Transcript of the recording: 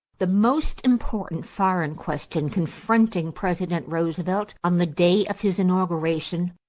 the most important foreign question confronting president roosevelt on the day of his inauguration,